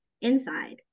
inside